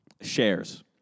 shares